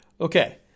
Okay